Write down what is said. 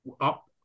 up